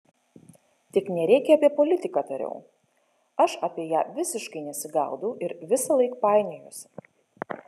tik nereikia apie politiką tariau aš apie ją visiškai nesigaudau ir visąlaik painiojuosi